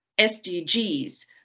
SDGs